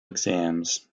exams